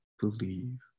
believe